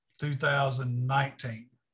2019